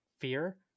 Fear